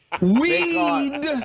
Weed